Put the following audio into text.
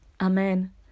Amen